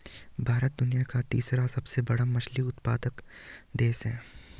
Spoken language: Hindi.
भारत दुनिया का तीसरा सबसे बड़ा मछली उत्पादक देश है